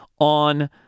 on